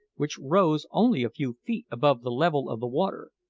which rose only a few feet above the level of the water,